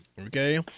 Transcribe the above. Okay